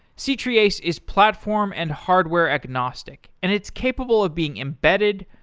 c-treeace is platform and hardware-agnostic and it's capable of being embedded,